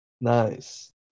Nice